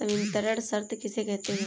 संवितरण शर्त किसे कहते हैं?